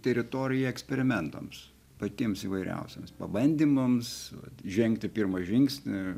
teritorija eksperimentams patiems įvairiausiems pabandymams žengti pirmą žingsnį